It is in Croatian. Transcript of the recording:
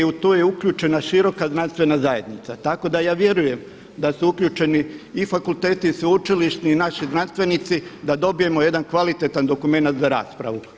U to je uključena šira znanstvena zajednica, tako da ja vjerujem da su uključeni i fakulteti i sveučilišni i naši znanstvenici da dobijemo jedan kvalitetan dokumenat za raspravu.